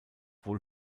wohl